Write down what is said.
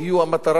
יהיו המטרה,